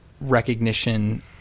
recognition